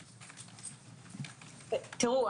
דנה, למה שיסכימו לדבר כזה?